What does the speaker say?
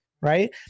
right